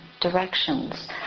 directions